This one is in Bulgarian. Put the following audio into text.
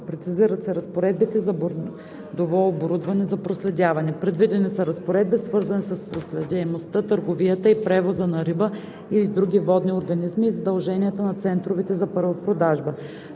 Прецизират се разпоредбите за бордово оборудване за проследяване. Предвидени са разпоредби, свързани с проследяемостта, търговията и превоза на риба и други водни организми и задълженията на центровете за първа продажба.